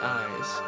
eyes